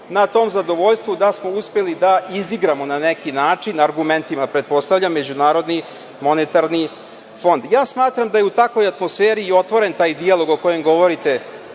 na tom zadovoljstvu da smo uspeli da izigramo na neki način argumentima, pretpostavljam, MMF. Smatram da je u takvoj atmosferi i otvoren taj dijalog o kojem govorite